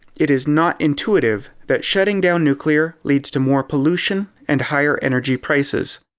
it is not intuitive that shutting down nuclear leads to more pollution and higher energy prices.